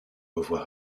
revoir